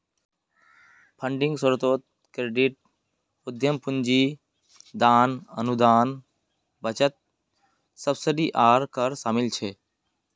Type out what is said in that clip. funding स्रोतोत credit, उद्दाम पूंजी, दान, अनुदान, बचत, सब्सिडी आर कर शामिल छे